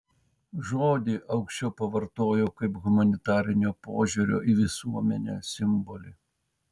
žodį aukščiau pavartojau kaip humanitarinio požiūrio į visuomenę simbolį